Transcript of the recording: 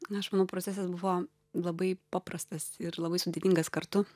na aš manau procesas buvo labai paprastas ir labai sudėtingas kartu